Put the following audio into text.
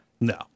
no